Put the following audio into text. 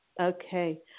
Okay